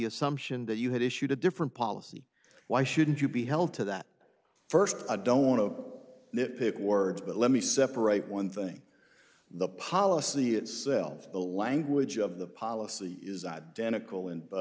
assumption that you had issued a different policy why shouldn't you be held to that first i don't want to nitpick words but let me separate one thing the policy itself the language of the policy is identical and